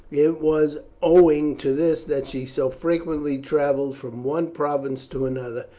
it was owing to this that she so frequently travelled from one province to another,